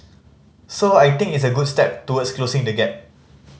so I think it's a good step towards closing the gap